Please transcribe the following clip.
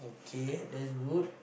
K that's good